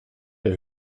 der